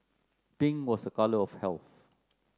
pink was a colour of health